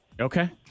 Okay